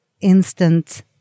instant